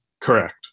Correct